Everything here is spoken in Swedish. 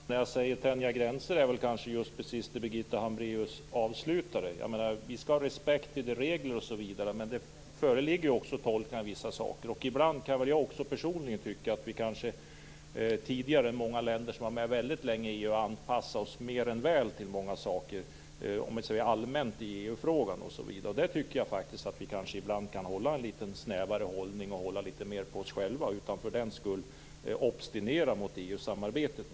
Herr talman! Vad jag menar med att tänja gränserna är väl kanske just det som Birgitta Hambraeus avslutar med. Vi skall ha respekt för regler osv. Men det föreligger också tolkningar i fråga om vissa saker. Ibland kan jag också personligen tycka att vi kanske tidigare än andra länder, som varit med väldigt länge i EU, har anpassat oss mer än väl till många saker allmänt sett vad gäller EU-frågan. Där tycker jag faktiskt att vi ibland kan ha en litet snävare hållning och hålla litet mer på oss själva utan att för den skull obstinera mot EU-samarbetet.